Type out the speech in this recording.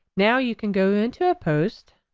now you can go into a post,